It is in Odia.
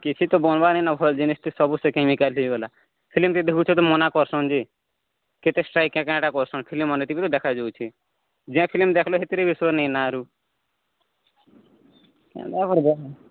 କିଛି ତ ବନବା ନାଇଁ ନ ଭଲ ଜିନିଷ ଥି ସବୁ ସେ କେମିକାଲ୍ ହେଇଗଲା ଫିଲ୍ମ୍ ଯିଏ ଦେଖୁଛ ତ ମନା କରସନ ଯେ କେତେ କା ଟା କରସନ ଫିଲ୍ମ୍ ମାନେ ଥି ବି ଦେଖା ଯଉଛେ ଯେ ଫିଲ୍ମ୍ ଦେଖଲେ ଏଥିରେ ବିଶ୍ୱାସ ନାଇଁ ନା ଆରୁ କେନ୍ତା କରବ